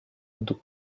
untuk